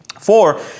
four